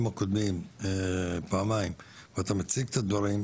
הקודמים פעמיים ואתה מציג את הדברים,